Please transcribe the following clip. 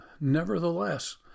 Nevertheless